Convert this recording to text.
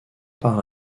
par